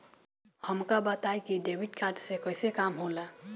हमका बताई कि डेबिट कार्ड से कईसे काम होला?